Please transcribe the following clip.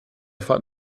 fahrt